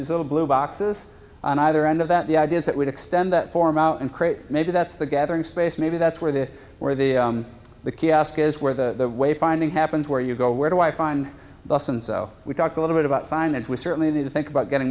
these little blue boxes on either end of that the ideas that would extend that form out and create maybe that's the gathering space maybe that's where the where the the kiosk is where the way finding happens where you go where do i find bus and so we talk a little bit about signage we certainly need to think about getting